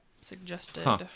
suggested